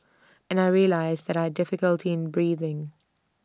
and I realised that I difficulty in breathing